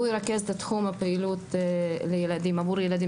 שהוא ירכז את תחום הפעילות עבור ילדים